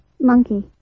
monkey